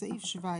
בסעיף 17